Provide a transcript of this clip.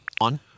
ON